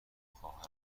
خواهرم